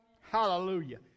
Hallelujah